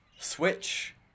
Switch